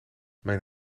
mijn